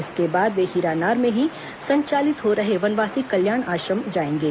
इसके बाद वे हीरानार में ही संचालित हो रहे वनवासी कल्याण आश्रम जाएंगे